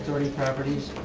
sort of properties